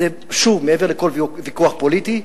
זה, שוב, מעבר לכל ויכוח פוליטי.